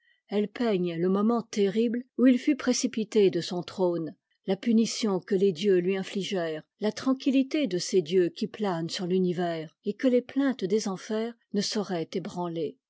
elles peignent le moment terrible où il fut précipité de son trône la punition que les dieux lui infligèrent la tranquillité de ces dieux qui planent sur l'univers et que les plaintes des enfers ne sauraient ébranter